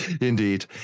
Indeed